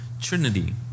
trinity